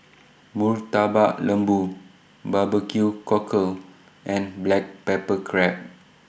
Murtabak Lembu Barbecue Cockle and Black Pepper Crab